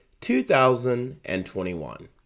2021